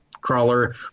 crawler